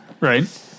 right